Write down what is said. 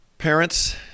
Parents